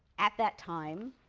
at that time,